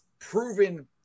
proven